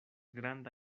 granda